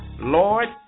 Lord